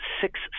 six